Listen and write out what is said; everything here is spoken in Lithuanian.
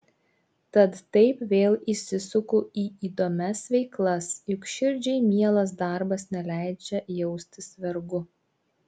tad taip vėl įsisuku į įdomias veiklas juk širdžiai mielas darbas neleidžia jaustis vergu